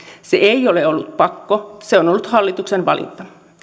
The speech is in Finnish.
se ei ole ollut pakko se on ollut hallituksen valinta